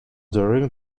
during